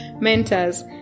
mentors